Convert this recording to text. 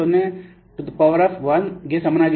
10 to the power 11 by 1 plus 0